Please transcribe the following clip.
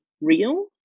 real